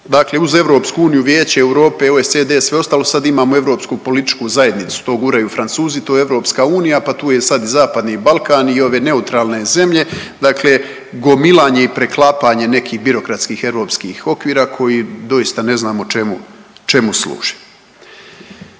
Dakle, uz EU, Vijeće Europe, OECD i sve ostalo sad imamo Europsku političku zajednicu, to guraju Francuzi, to je EU pa tu je sad i Zapadni Balkan i ove neutralne zemlje, dakle gomilanje i preklapanje nekih birokratskih europskih okvira koji doista ne znamo čemu,